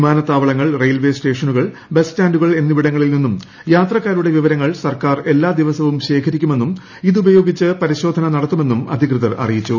വിമാനത്താവളങ്ങൾ റെയിൽവേ സ്റ്റേഷനുകൾ ബസ് സ്റ്റാന്റുകൾ എന്നിവിടങ്ങളിൽ നിന്നും യാത്രക്കാരുടെ വിവരങ്ങൾ സർക്കാർ എല്ലാ ദിവസവും ശേഖരിക്കുമെന്നും ഇതുപയോഗിച്ച് പരിശോധന നടത്തുമെന്നും അധികൃതർ അറിയിച്ചു